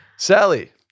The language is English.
Sally